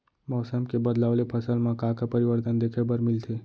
मौसम के बदलाव ले फसल मा का का परिवर्तन देखे बर मिलथे?